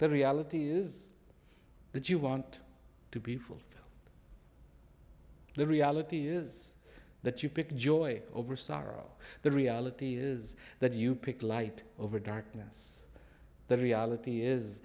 the reality is that you want to be full the reality is that you pick joy over sorrow the reality is that you pick light over darkness the reality is